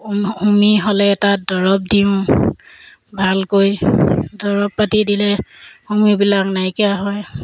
হোমি হ'লে তাত দৰৱ দিওঁ ভালকৈ দৰৱ পাতি দিলে হোমিবিলাক নাইকিয়া হয়